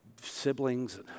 siblings